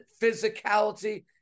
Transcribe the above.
physicality